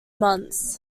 months